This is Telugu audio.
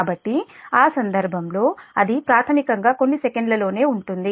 కాబట్టి ఆ సందర్భంలో అది ప్రాథమికంగా కొన్ని సెకన్లలోనే ఉంటుంది